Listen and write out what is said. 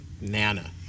Nana